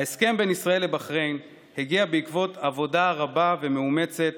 ההסכם בין ישראל לבחריין הגיע בעקבות עבודה רבה ומאומצת